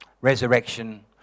resurrection